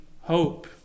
hope